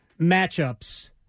matchups